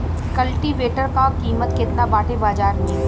कल्टी वेटर क कीमत केतना बाटे बाजार में?